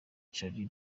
charlie